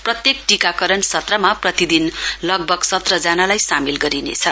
प्रत्येक टीकाकरण सत्रमा प्रतिदिन लगभग सय जनालाई सामेल गरिनेछ